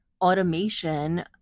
automation